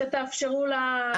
שתאפשרו לה לדבר.